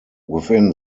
within